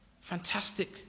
fantastic